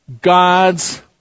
God's